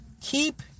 keep